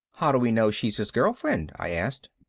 how do we know she's his girlfriend? i asked.